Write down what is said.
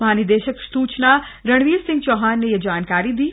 महानिदेशक सूचना रणवीर सिंह चौहान ने यह जानकारी दी है